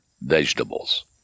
vegetables